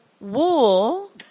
wool